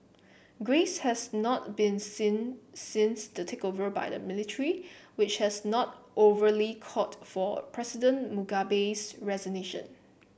grace has not been seen since the takeover by the military which has not overly called for President Mugabe's resignation